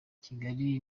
kigali